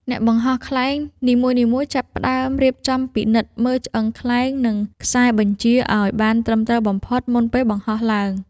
អ្នកបង្ហោះខ្លែងនីមួយៗចាប់ផ្ដើមរៀបចំពិនិត្យមើលឆ្អឹងខ្លែង និងខ្សែបញ្ជាឱ្យបានត្រឹមត្រូវបំផុតមុនពេលបង្ហោះឡើង។